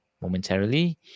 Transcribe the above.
momentarily